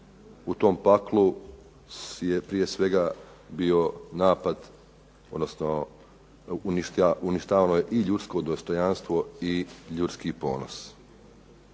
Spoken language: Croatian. U tom paklu je prije svega bio napad, odnosno uništava i ljudsko dostojanstvo i ljudski ponosa.